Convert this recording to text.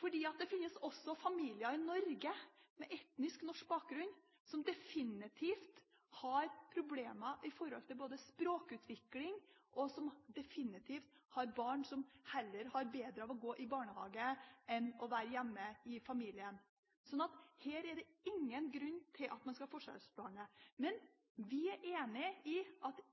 For det finnes også familier i Norge med etnisk norsk bakgrunn som definitivt har problemer når det gjelder språkutvikling, og som har barn som har bedre av å gå i barnehage enn å være hjemme hos familien. Her er det ingen grunn til at man skal forskjellsbehandle. Vi er enig i at